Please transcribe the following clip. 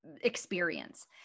experience